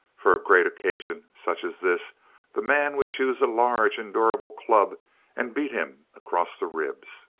for a great occasion such as this the man would choose a large and durable club and beat him across the ribs.